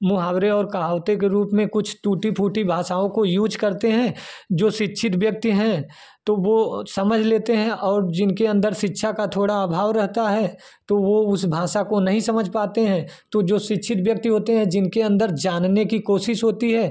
मुहावरे और कहावते के रूप में कुछ टूटी फूटी भाषाओं को यूज करते हैं जो शिक्षित व्यक्ति है तो वह समझ लेते हैं और जिनके अंदर शिक्षा का थोड़ा अभाव रहता है तो वह उस भाषा को नहीं समझ पाते हैं तो जो शिक्षित व्यक्ति होते हैं जिनके अंदर जानने की कोशिश होती है